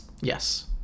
Yes